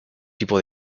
tipo